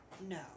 No